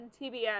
tbs